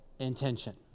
intention